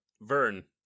Vern